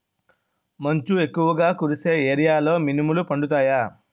మంచు ఎక్కువుగా కురిసే ఏరియాలో మినుములు పండుతాయా?